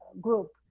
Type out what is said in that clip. group